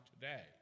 today